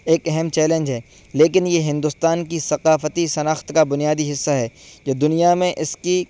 ایک اہم چیلنج ہے لیکن یہ ہندوستان کی ثقافتی شناخت کا بنیادی حصہ ہے جو دنیا میں اس کی